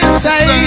say